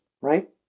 right